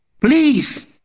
Please